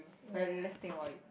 okay let's think about it